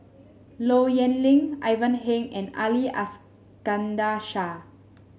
Low Yen Ling Ivan Heng and Ali Iskandar Shah